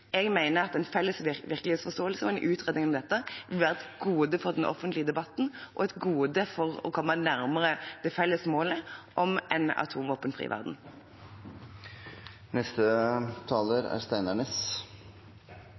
Jeg mener at en felles virkelighetsforståelse og en utredning om dette vil være et gode for den offentlige debatten og et gode for å komme nærmere det felles målet om en atomvåpenfri verden.